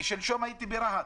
שלשום הייתי ברהט.